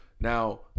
Now